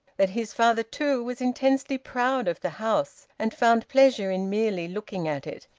that his father too was intensely proud of the house and found pleasure in merely looking at it,